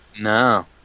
No